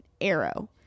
arrow